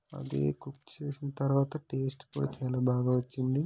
అదే కుక్ చేసిన తర్వాత టేస్ట్ కూడా చాలా బాగా వచ్చింది